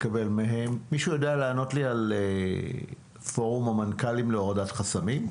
מישהו יודע לענות לי על פורום המנכ"לים להורדת חסמים?